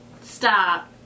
Stop